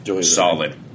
Solid